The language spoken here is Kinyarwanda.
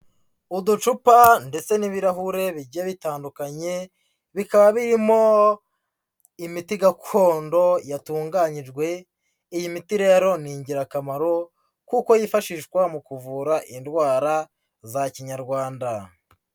Uducupa ndetse n'ibirahure bigiye bitandukanye, bikaba birimo imiti gakondo yatunganyijwe, iyi miti rero ni ingirakamaro kuko yifashishwa mu kuvura indwara za kinyarwanda.